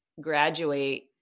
graduate